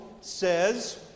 says